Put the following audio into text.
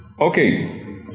Okay